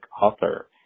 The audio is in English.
author